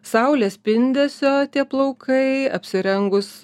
saulės spindesio tie plaukai apsirengus